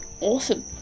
Awesome